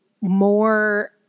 more